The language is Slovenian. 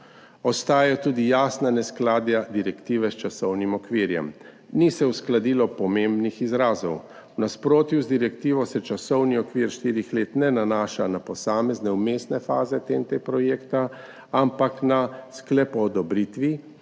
Ostajajo tudi jasna neskladja direktive s časovnim okvirjem. Ni se uskladilo pomembnih izrazov, v nasprotju z direktivo se časovni okvir štirih let ne nanaša na posamezne vmesne faze projekta TEN-T, ampak na sklep o odobritvi,